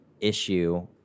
issue